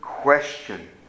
question